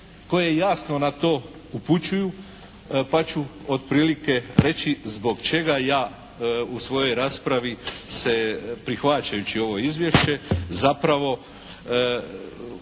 koje jasno na to upućuju, pa ću otprilike reći zbog čega ja u svojoj raspravi se prihvaćajući ovo izvješće zapravo upućujem